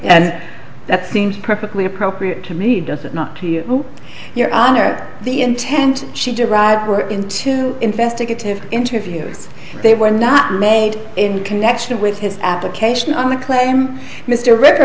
and that seems perfectly appropriate to me does it not to you your honor the intent she derived her into investigative interviews they were not made in connection with his application on the claim mr r